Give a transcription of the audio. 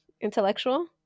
intellectual